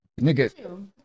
nigga